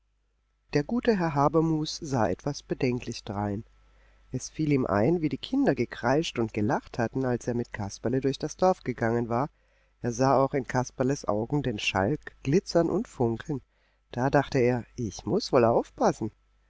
der gute herr habermus sah etwas bedenklich drein es fiel ihm ein wie die kinder gekreischt und gelacht hatten als er mit kasperle durch das dorf gegangen war er sah auch in kasperles augen den schalk glitzern und funkeln da dachte er ich muß wohl aufpassen